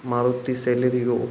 Maruti Celerio